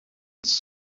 its